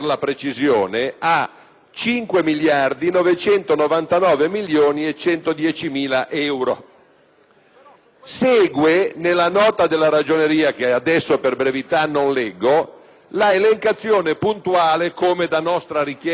Segue, nella nota della Ragioneria che adesso per brevita non leggo, la elencazione puntuale, come da nostra richiesta in Commissione bilancio, degli utilizzi del FAS per finalitaimproprie. Il risultato